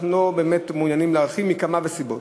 אנחנו לא מעוניינים להרחיב, מכמה סיבות.